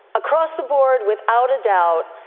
across the board, without a doubt,